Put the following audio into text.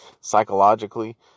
psychologically